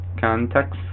Context